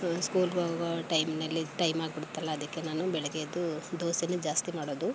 ಸ್ಕೂಲಿಗೋಗೋ ಟೈಮ್ನಲ್ಲಿ ಟೈಮ್ ಆಗಿಬಿಡುತ್ತಲ್ಲ ಅದಕ್ಕೆ ನಾನು ಬೆಳಗ್ಗೆ ಎದ್ದು ದೋಸೆಯೇ ಜಾಸ್ತಿ ಮಾಡೋದು